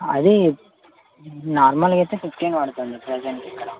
అది నార్మల్గా అయితే ఫిఫ్టీన్ పడుతుంది ప్రజెంట్ ఇక్కడ